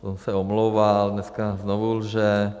On se omlouval, dneska znovu lže.